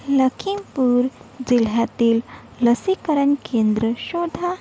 लखीमपूर जिल्ह्यातील लसीकरण केंद्र शोधा